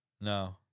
No